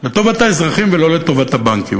לטובת האזרחים ולא לטובת הבנקים.